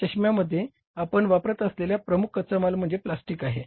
या चष्मामध्ये आपण वापरत असलेला प्रमुख कच्चा माल म्हणजे प्लास्टिक आहे